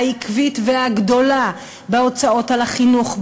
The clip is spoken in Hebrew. העקבית והגדולה בהוצאות על החינוך,